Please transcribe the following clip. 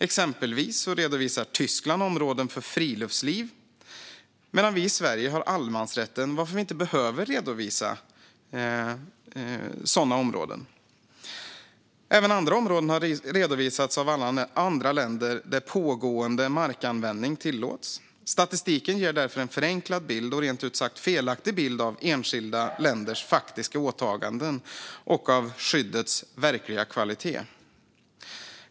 Exempelvis redovisar Tyskland områden för friluftsliv, medan vi i Sverige har allemansrätt och därför inte behöver redovisa sådana områden. Även andra områden där pågående landanvändning tillåts har redovisats av vissa länder. Statistiken ger därför en förenklad och rent ut sagt felaktig bild av enskilda länders faktiska åtaganden och av skyddets verkliga kvalitet.